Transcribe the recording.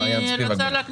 מעין ספיבק, בבקשה.